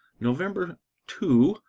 november two,